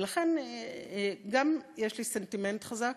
ולכן גם יש לי סנטימנט חזק,